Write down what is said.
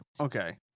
Okay